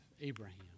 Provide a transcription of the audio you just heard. Abraham